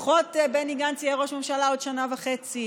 לפחות בני גנץ יהיה ראש ממשלה בעוד שנה וחצי,